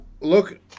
look